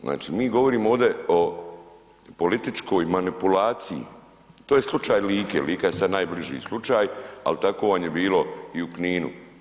Znači mi govorimo ovde o političkoj manipulaciji to je slučaj Like, Lika je sad najbliži slučaj, al tako vam je bilo i u Kninu.